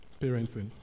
Parenting